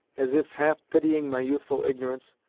as if half pitying my youthful ignorance,